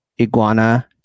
Iguana